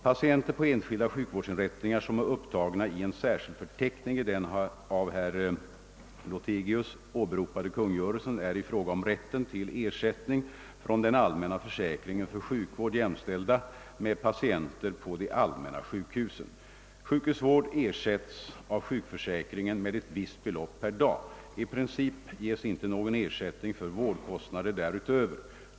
Patienter på enskilda sjukvårdsinrättningar som är upptagna i en särskild förteckning i den av herr Lothigius åberopade kungörelsen är i fråga om rätten till ersättning från den allmänna försäkringen för sjukhusvård jämställda med patienter på de allmänna sjukhusen. Sjukhusvård ersätts av sjukförsäkringen med ett visst belopp per dag. I princip ges inte någon ersättning för vårdkostnader därutöver.